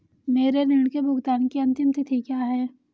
मेरे ऋण के भुगतान की अंतिम तिथि क्या है?